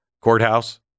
courthouse